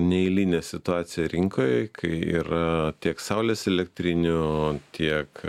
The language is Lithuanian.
neeilinę situaciją rinkoje kai yra tiek saulės elektrinių tiek